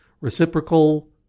reciprocal